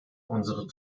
unsere